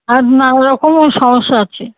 আর নানা রকম ওর সমস্যা আছে